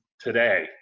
today